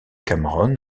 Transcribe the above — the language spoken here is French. cameron